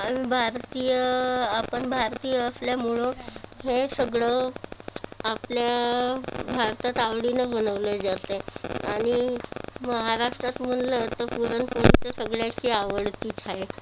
अन् भारतीय आपण भारतीय असल्यामुळं हे सगळं आपल्या भारतात आवडीनं बनवले जाते आणि महाराष्ट्रात म्हटलं तर पुरणपोळी तर सगळ्याची आवडतीच आहे